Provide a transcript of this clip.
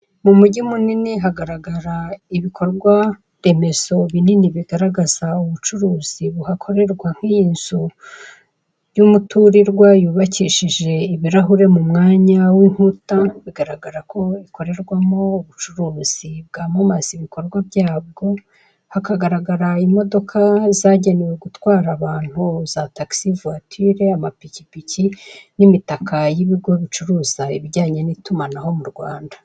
Mu mujyi munini hagaragara ibikorwa remezo binini bigaragaza ubucuruzi buhakorerwa nk'iyi nzu y'umuturirwa yubakishije ibirahure mu mwanya w'inkuta, bigaragara ko ikorerwamo ubucuruzi bwamamaza ibikorwa byabwo, hakagaragara imodoka zagenewe gutwara abantu za takisi vuwatiri, amapikipiki n'imitaka y'ibigo bicuruza ibijyanye n'itumanaho mu Rwanda.